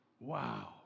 Wow